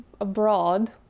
abroad